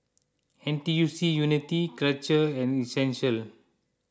N T U C Unity Karcher and Essential